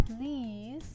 please